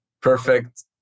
perfect